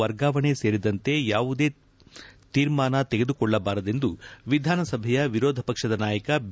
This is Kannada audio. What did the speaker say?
ವರ್ಗಾವಣೆ ಸೇರಿದಂತೆ ಯಾವುದೆ ತೀರ್ಮಾನ ತೆಗೆದುಕೊಳ್ಳಬಾರದೆಂದು ವಿಧಾನಸಭೆಯ ವಿರೋಧ ಪಕ್ಷದ ನಾಯಕ ಬಿ